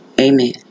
Amen